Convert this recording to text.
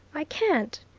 i can't!